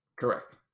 Correct